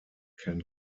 can